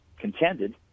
contended